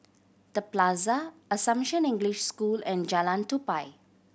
The Plaza Assumption English School and Jalan Tupai